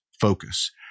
focus